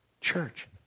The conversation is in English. church